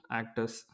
actors